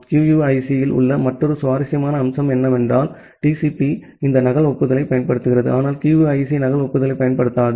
QUIC இல் உள்ள மற்றொரு சுவாரஸ்யமான அம்சம் என்னவென்றால் TCP இந்த நகல் ஒப்புதலைப் பயன்படுத்துகிறது ஆனால் QUIC நகல் ஒப்புதலைப் பயன்படுத்தாது